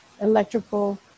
electrical